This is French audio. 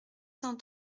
cent